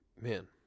Man